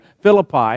Philippi